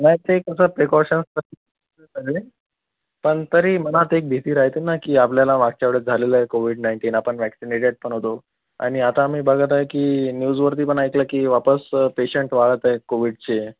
नाही ते कसं प्रिकॉशन पण तरी मनात एक भीती राहते न की आपल्याला मागच्या वेळेस झालेलं आहे कोविड नाईंटिन आपण वॅक्सीनेटेड पण होतो आणि आता आम्ही बघत आहे की न्युजवरती पण ऐकलं की वापस पेशंट वाढत आहे कोविडचे